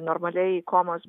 normaliai ikomos